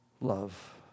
love